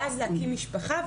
ואז להקים משפחה.